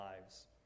lives